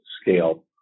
scale